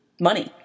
money